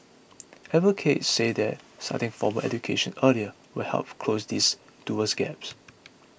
advocates say that starting formal education earlier will health close these dual gaps